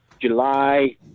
July